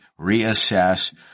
reassess